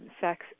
sex